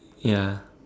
ya